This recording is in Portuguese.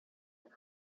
uma